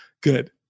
Good